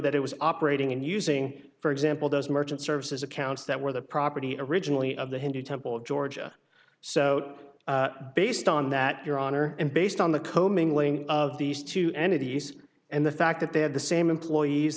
that it was operating and using for example those merchant services accounts that were the property originally of the hindu temple of georgia so based on that your honor and based on the commingling of these two entities and the fact that they had the same employees